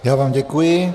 Já vám děkuji.